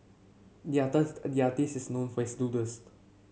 the the artist is known for his doodles